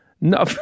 No